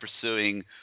pursuing